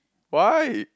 why